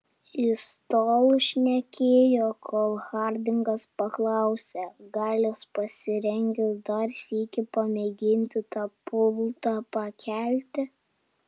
jis tol šnekėjo kol hardingas paklausė gal jis pasirengęs dar sykį pamėginti tą pultą pakelti